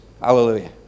Hallelujah